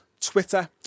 Twitter